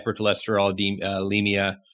hypercholesterolemia